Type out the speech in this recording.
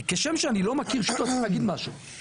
כי כשם שאני לא מכיר שיטות צריך להגיד משהו,